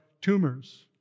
tumors